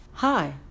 Hi